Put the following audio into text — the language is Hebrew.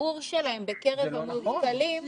שהשיעור שלהם בקרב המובטלים --- זה לא נכון,